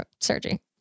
surgery